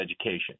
Education